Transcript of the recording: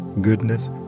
goodness